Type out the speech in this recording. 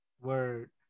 Word